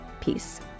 Peace